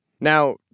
Now